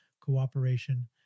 cooperation